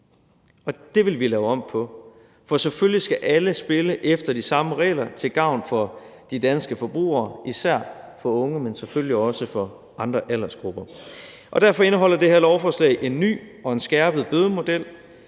det vil vi lave om på, for selvfølgelig skal alle spille efter de samme regler til gavn for de danske forbrugere, især for unge, men selvfølgelig også for andre aldersgrupper. Derfor indeholder det her lovforslag en ny og skærpet bødemodel,